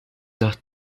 nach